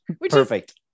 perfect